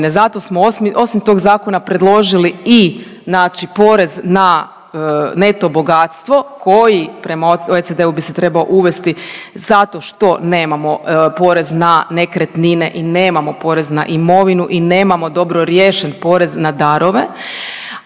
Zato smo osim tog zakona predložili i znači porez na neto bogatstvo koje bi se prema OECD-u bi se trebao uvesti zato što nemamo porez na nekretnine i nemamo porez na imovinu i nemamo dobro riješen porez na darove.